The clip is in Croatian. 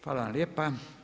Hvala vam lijepa.